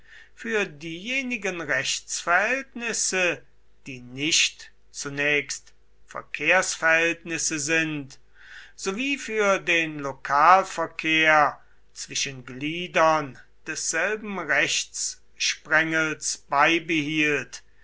für diejenigen rechtsverhältnisse die nicht zunächst verkehrsverhältnisse sind sowie für den lokalverkehr zwischen gliedern desselben rechtssprengels beibehielt